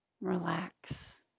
relax